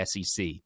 sec